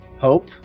Hope